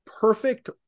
perfect